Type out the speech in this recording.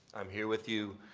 i'm here with you,